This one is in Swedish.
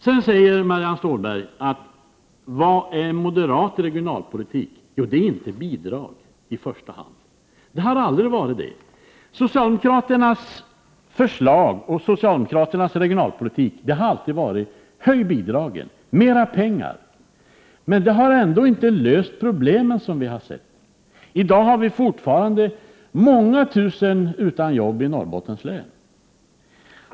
Sedan frågar Marianne Stålberg vad moderat regionalpolitik är. Jo, det är inte i första hand bidrag. Det har aldrig varit det. Socialdemokraternas förslag och socialdemokraternas regionalpolitik har alltid gått ut på att höja bidragen, ge mera pengar. Men det har ändå inte löst problemen, som vi har sett. I dag är fortfarande många tusen utan arbete i Norrbottens län.